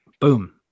boom